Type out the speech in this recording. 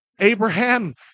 Abraham